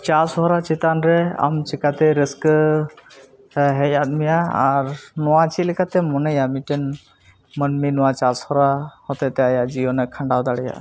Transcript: ᱪᱟᱥᱦᱚᱨᱟ ᱪᱮᱛᱟᱱᱨᱮ ᱟᱢ ᱪᱤᱠᱟᱹᱛᱮ ᱨᱟᱹᱥᱠᱟᱹ ᱦᱮᱡᱼᱟᱫ ᱢᱮᱭᱟ ᱟᱨ ᱱᱚᱣᱟ ᱪᱮᱫᱞᱮᱠᱟᱛᱮᱢ ᱢᱚᱱᱮᱭᱟ ᱢᱤᱫᱴᱮᱱ ᱢᱟᱹᱱᱢᱤ ᱱᱚᱣᱟ ᱪᱟᱥᱦᱚᱨᱟ ᱦᱚᱛᱮᱛᱮ ᱟᱭᱟᱜ ᱡᱤᱭᱚᱱᱮ ᱠᱷᱟᱸᱰᱟᱣ ᱫᱟᱲᱮᱭᱟᱜᱼᱟ